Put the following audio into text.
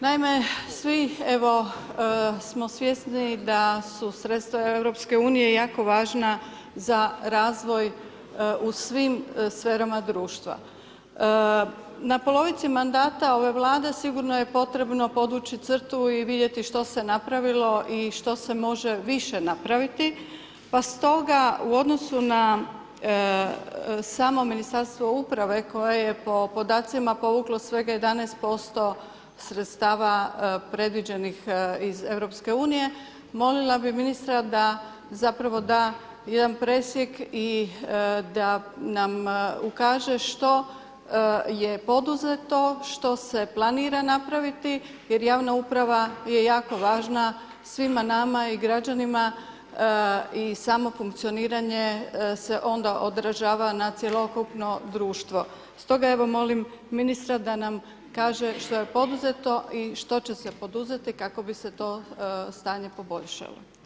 Naime, svi evo, smo svjesni da su sredstva EU jako važna za razvoj u svim sferama društva. na polovici mandata ove Vlade sigurno je potrebno podvući crtu i vidjeti što se napravilo i što se može više napraviti pa stoga u odnosu na samo Ministarstvo uprave koje je po podacima povuklo 11% sredstava predviđenih iz Europske unije, molima bih ministra da zapravo da jedan presjek i da nam ukaže što je poduzeto što se planira napraviti jer javna uprava je jako važna svima nama i građanima i samo funkcioniranje se onda na cjelokupno društvo, stoga evo molim ministra da na kaže što je poduzeto i što će se poduzeti kako bi se to stanje poboljšalo.